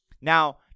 now